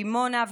ו-109,